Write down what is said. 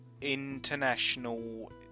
International